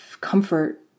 comfort